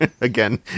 again